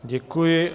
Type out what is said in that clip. Děkuji.